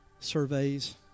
surveys